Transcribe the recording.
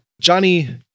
johnny